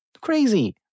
Crazy